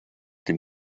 dem